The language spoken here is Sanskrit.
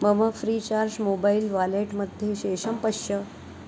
मम फ़्रीचार्ज् मोबैल् वालेट्मध्ये शेषं पश्य